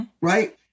right